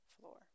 floor